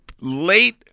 late